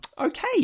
Okay